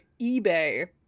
eBay